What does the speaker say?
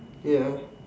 ya